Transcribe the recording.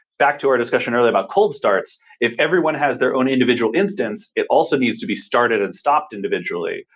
back to our discussion earlier about cold starts. if everyone has their own individual instance, it also needs to be started and stopped individually.